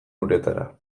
uretara